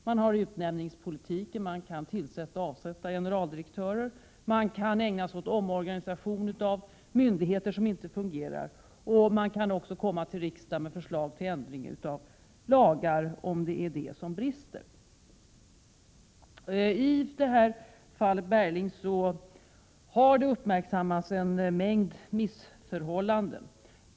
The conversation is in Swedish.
Man har utnämningspolitiken, där man kan tillsätta och avsätta generaldirektörer. Regeringen kan vidare ägna sig åt omorganisation av myndigheter som inte fungerar. Man kan också komma till riksdagen med förslag till ändring av lagstiftningen, om det är där som det brister. I fallet Bergling har det uppmärksammats en mängd missförhållanden.